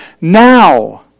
now